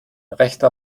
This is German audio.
rechter